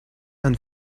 and